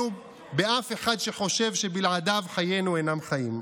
באף אחד שחושב שבלעדיו חיינו אינם חיים.